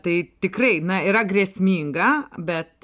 tai tikrai na yra grėsminga bet